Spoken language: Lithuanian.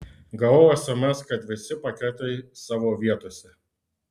gavau sms kad visi paketai savo vietose